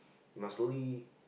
must slowly